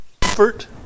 comfort